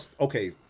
okay